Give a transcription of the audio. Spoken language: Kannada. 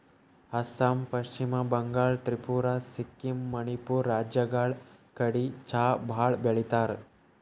ಅಸ್ಸಾಂ, ಪಶ್ಚಿಮ ಬಂಗಾಳ್, ತ್ರಿಪುರಾ, ಸಿಕ್ಕಿಂ, ಮಣಿಪುರ್ ರಾಜ್ಯಗಳ್ ಕಡಿ ಚಾ ಭಾಳ್ ಬೆಳಿತಾರ್